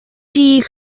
dug